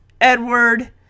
Edward